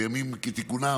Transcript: בימים כתיקונם,